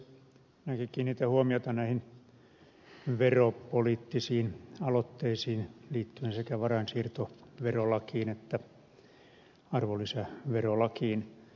minäkin kiinnitän huomiota näihin veropoliittisiin aloitteisiin liittyen sekä varainsiirtoverolakiin että arvonlisäverolakiin